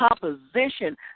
composition